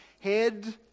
head